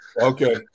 Okay